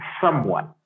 Somewhat